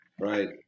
Right